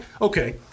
okay